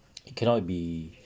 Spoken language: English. it cannot be